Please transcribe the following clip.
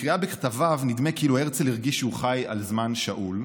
מקריאה בכתביו נדמה כאילו הרצל הרגיש שהוא חי על זמן שאול.